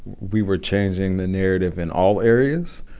we were changing the narrative in all areas.